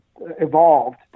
evolved